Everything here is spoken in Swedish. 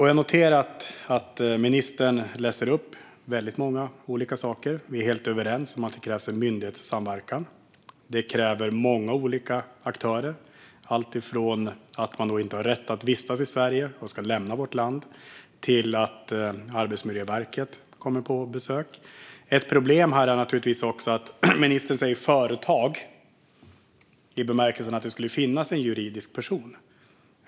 Jag noterar att ministern räknar upp många olika saker. Vi är helt överens om att det krävs en myndighetssamverkan. Det krävs många olika aktörer eftersom det handlar om alltifrån att människor inte har rätt att vistas i Sverige och ska lämna vårt land till att Arbetsmiljöverket kommer på besök. Ett problem här är naturligtvis också när ministern säger "företag", i bemärkelsen att det skulle finnas en juridisk person.